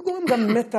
זה גורם גם למתח